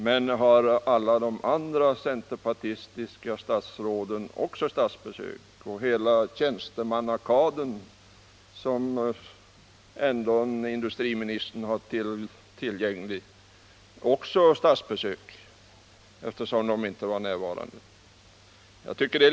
Men har alla de andra centerpartistiska statsråden också statsbesök liksom hela den tjänstemannakader som industriministern har tillgång till men som inte heller var närvarande?